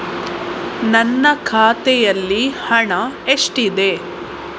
ನನ್ನ ಖಾತೆಯಲ್ಲಿ ಹಣ ಎಷ್ಟಿದೆ?